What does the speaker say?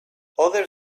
other